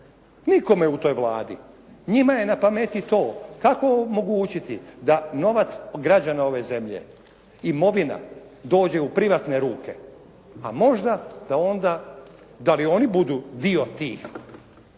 nikome u toj Vladi. Njima je na pameti to kako mogu učiti da novac građana ove zemlje, imovina dođe u privatne ruke, a možda da onda da i oni budu dio tih